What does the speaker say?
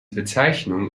bezeichnung